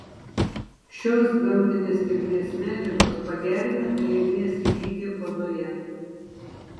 šios gamtinės kilmės medžiagos pagerina drėgmės lygį odoje